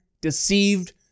deceived